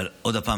אבל עוד פעם,